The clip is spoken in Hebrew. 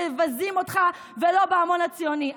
שמבזים אותך, ולא בהמון הציוני.